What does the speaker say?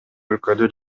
өлкөдө